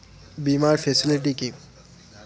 বীমার ফেসিলিটি কি?